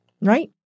right